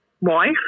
wife